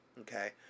Okay